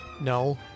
No